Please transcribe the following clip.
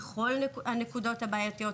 בכל הנקודות הבעייתיות,